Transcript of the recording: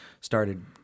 started